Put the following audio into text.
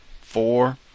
four